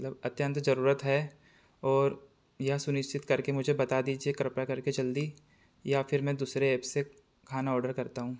मतलब अत्यंत जरूरत है और यह सुनिश्चित करके मुझे बता दीजिए कृपया करके जल्दी या फिर मैं दूसरे ऐप से खाना ऑर्डर करता हूँ